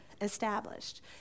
established